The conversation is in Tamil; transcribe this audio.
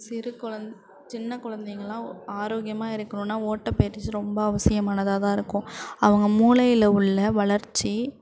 சிறு குழந் சின்ன குழந்தைங்கள்லாம் ஆரோக்கியமாக இருக்கணுன்னா ஓட்ட பயிற்சி ரொம்ப அவசியமானதாக தான் இருக்கும் அவங்க மூளையில் உள்ள வளர்ச்சி